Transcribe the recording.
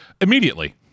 Immediately